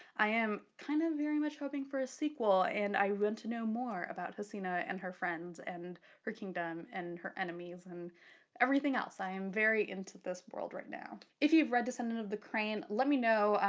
i am kind of very much hoping for a sequel, and i want to know more about hesina and her friends and her kingdom and her enemies and everything else, i am very into this world right now. if you've read descendant of the crane let me know,